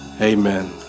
Amen